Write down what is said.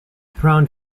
prone